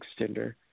extender